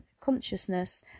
consciousness